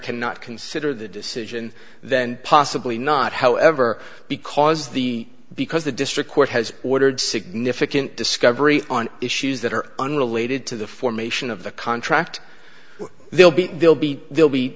cannot consider the decision then possibly not however because the because the district court has ordered significant discovery on issues that are unrelated to the formation of the contract they'll be they'll be they'll be